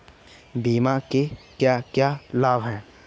बीमा के क्या क्या लाभ हैं?